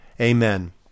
amen